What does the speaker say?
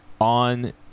on